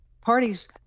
parties